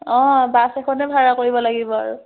অঁ বাছ এখনে ভাড়া কৰিব লাগিব আৰু